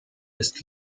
ist